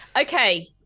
okay